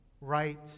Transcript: right